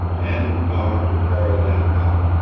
and the power to carry that out